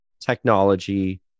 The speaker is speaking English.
technology